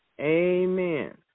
Amen